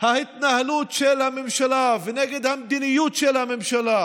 ההתנהלות של הממשלה ונגד המדיניות של הממשלה